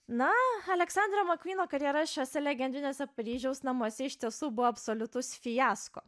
na aleksandro makvyno karjera šiose legendinėse paryžiaus namuose iš tiesų buvo absoliutus fiasko